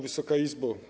Wysoka Izbo!